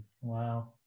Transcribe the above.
Wow